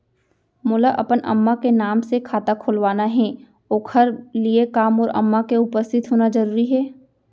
मोला अपन अम्मा के नाम से खाता खोलवाना हे ओखर लिए का मोर अम्मा के उपस्थित होना जरूरी हे?